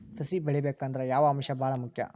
ಸಸಿ ಬೆಳಿಬೇಕಂದ್ರ ಯಾವ ಅಂಶ ಭಾಳ ಮುಖ್ಯ?